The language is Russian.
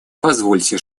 позвольте